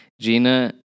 gina